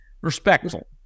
Respectful